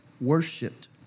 worshipped